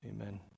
amen